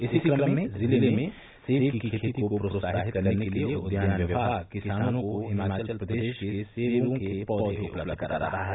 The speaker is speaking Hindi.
इसी क्रम में जिले में सेव की खेती को प्रोत्साहित करने के लिए उद्यान विभाग किसानों को हिमाचल प्रदेश के सेवों के पौधे उपलब्ध करा रहा है